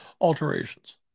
Alterations